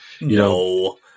No